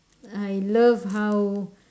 I love how